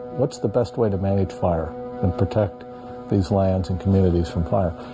what's the best way to manage fire and protect these lands and communities from fire?